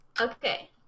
Okay